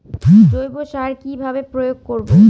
জৈব সার কি ভাবে প্রয়োগ করব?